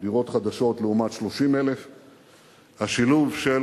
דירות חדשות לעומת 30,000. השילוב של